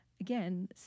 again